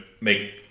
make